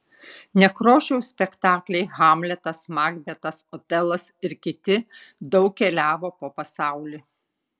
nekrošiaus spektakliai hamletas makbetas otelas ir kiti daug keliavo po pasaulį